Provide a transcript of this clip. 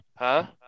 -huh